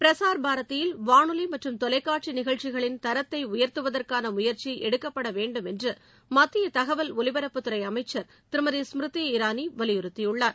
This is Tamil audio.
பிரசார் பாரதியில் வானொலி மற்றும் தொலைக்காட்சி நிகழ்ச்சிகளின் தரத்தை உயர்த்துவதற்கான முயற்சி எடுக்கப்பட வேண்டும் என்று மத்திய தகவல் ஒலிபரப்புத் துறை அமைச்சர் திருமதி ஸ்மிருதி இரானி வலியுறுத்தியுள்ளார்